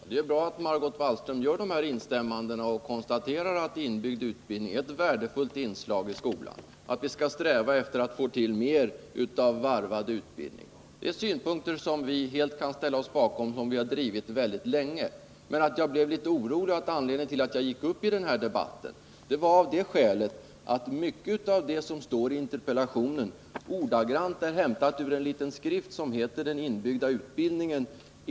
Herr talman! Det är bra att Margot Wallström gör de här instämmandena och konstaterar att inbyggd utbildning är ett värdefullt inslag i skolan och att man skall sträva efter att få mer av varvad utbildning. Det är synpunkter som vi helt kan ställa oss bakom och som vi har drivit väldigt länge. Men att jag blev litet orolig och gick upp i debatten berodde på att mycket av det som står i interpellationen ordagrant är hämtat ur en liten skrift som heter ”Den företagsförlagda gymnasieutbildningen.